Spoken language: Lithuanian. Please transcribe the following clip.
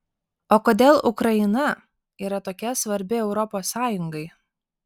o kodėl ukraina yra tokia svarbi europos sąjungai